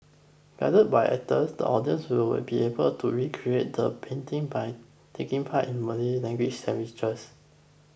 guided by actors the audience will be able to recreate the painting by taking part in money language